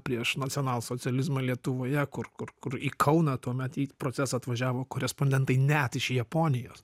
prieš nacionalsocializmą lietuvoje kur kur kur į kauną tuomet į procesą atvažiavo korespondentai net iš japonijos